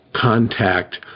contact